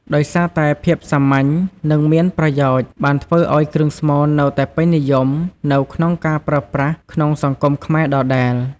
ដោយសារតែភាពសាមញ្ញ និងមានប្រយោជន៍បានធ្វើឱ្យគ្រឿងស្មូននៅតែពេញនិយមនៅក្នុងការប្រើប្រាស់ក្នុងសង្គមខ្មែរដដែល។